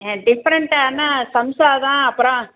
ஆ டிஃபரண்ட்டானா சம்சா தான் அப்புறோம்